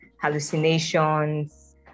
hallucinations